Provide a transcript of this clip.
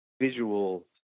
visual